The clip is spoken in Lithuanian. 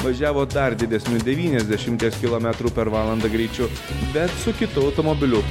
važiavo dar didesniu devyniasdešimties kilometrų per valandą greičiu bet su kitų automobiliu